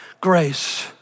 grace